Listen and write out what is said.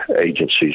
agencies